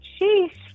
Sheesh